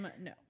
No